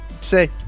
say